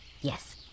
Yes